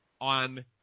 on